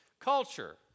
culture